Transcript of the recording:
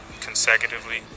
consecutively